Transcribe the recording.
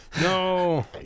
No